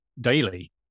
daily